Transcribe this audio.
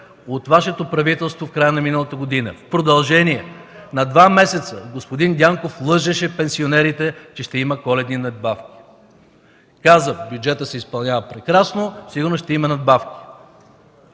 от Вашето правителство в края на миналата година. В продължение на два месеца господин Дянков лъжеше пенсионерите, че ще има коледни надбавки. Каза: „Бюджетът се изпълнява прекрасно, сигурно ще има надбавки.”